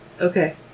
Okay